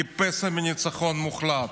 כפסע מניצחון מוחלט,